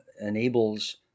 enables